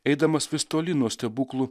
eidamas vis tolyn nuo stebuklų